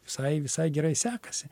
visai visai gerai sekasi